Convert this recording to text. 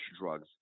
drugs